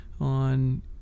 on